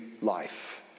life